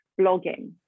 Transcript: blogging